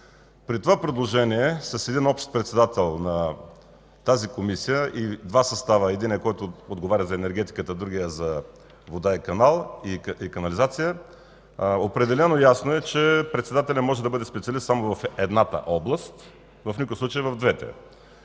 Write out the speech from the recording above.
При това предложение – с един общ председател на тази Комисия и два състава, единият, който отговаря за енергетиката, другият – за водата и канализацията, ясно е, че председателят може да бъде специалист само в едната област – в никакъв случай в двете.